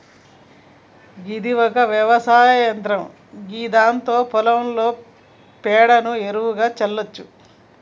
గిది ఒక వ్యవసాయ యంత్రం గిదాంతో పొలంలో పేడను ఎరువుగా సల్లచ్చు